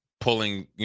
pulling